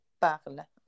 parle